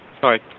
Sorry